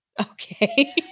Okay